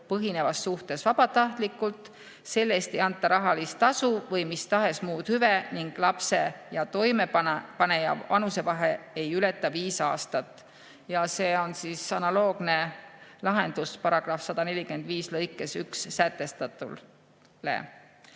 põhinevas suhtes vabatahtlikult, selle eest ei anta rahalist tasu või mis tahes muud hüve ning lapse ja toimepanija vanusevahe ei ületa viit aastat. See on analoogne lahendus § 145 lõikes 1 sätestatule.